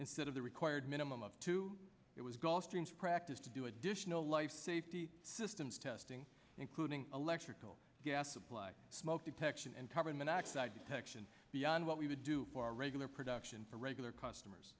instead of the required minimum of two it was gallstones practice to do additional life safety systems testing including electrical gas supply smoke detection and carbon monoxide detection beyond what we would do our regular production for regular customers